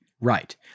Right